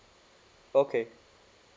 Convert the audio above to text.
okay